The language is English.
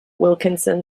wilkinson